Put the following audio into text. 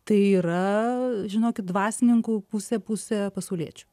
tai yra žinokit dvasininkų pusė pusė pasauliečių